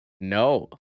No